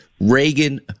Reagan